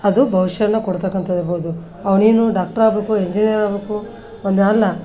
ಅದು ಭವಿಷ್ಯವನ್ನ ಕೊಡ್ತಕ್ಕಂಥದಿರ್ಬೋದು ಅವನೇನು ಡಾಕ್ಟ್ರಾಬೇಕು ಇಂಜಿನಿಯರಾಬೇಕು ಒಂದೇ ಅಲ್ಲ